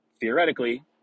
theoretically